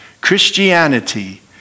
Christianity